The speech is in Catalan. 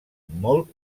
molt